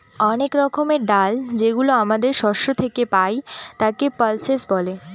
অনেক রকমের ডাল যেগুলো আমাদের শস্য থেকে পাই, তাকে পালসেস বলে